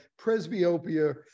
presbyopia